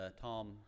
Tom